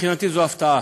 מבחינתי זו הפתעה,